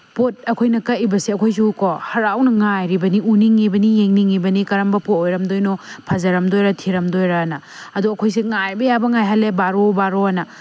ꯄꯣꯠ ꯑꯩꯈꯣꯏꯅ ꯀꯛꯏꯕꯁꯦ ꯑꯩꯈꯣꯏꯁꯨꯀꯣ ꯍꯔꯥꯎꯅ ꯉꯥꯏꯔꯤꯕꯅꯤ ꯎꯅꯤꯡꯉꯤꯕꯅꯤ ꯌꯦꯡꯅꯤꯡꯉꯤꯕꯅꯤ ꯀꯔꯝꯕ ꯄꯣꯠ ꯑꯣꯏꯔꯝꯗꯣꯏꯅꯣ ꯐꯖꯔꯝꯗꯣꯏꯔꯥ ꯊꯤꯔꯗꯣꯏꯔꯥꯅ ꯑꯗꯨ ꯑꯩꯈꯣꯏꯁꯦ ꯉꯥꯏꯕ ꯌꯥꯕ ꯉꯥꯏꯍꯜꯂꯦ ꯕꯥꯔꯣ ꯕꯥꯔꯣꯅ